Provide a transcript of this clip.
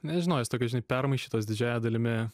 nežinau jos tokios žinai permaišytos didžiąja dalimi